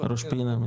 ראש פינה מן הסתם.